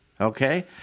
okay